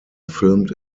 filmed